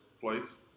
place